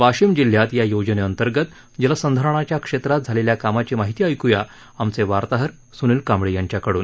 वाशिम जिल्ह्यात या योजनेअंतर्गत जलसंधारणाच्या क्षेत्रात झालेल्या कामाची माहिती ऐकूया आमचे वार्ताहर सुनील कांबळे यांच्याकडून